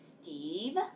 Steve